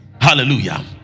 Hallelujah